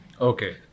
Okay